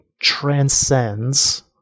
transcends